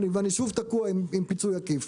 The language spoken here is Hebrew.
ואני שוב תקוע עם פיצוי עקיף.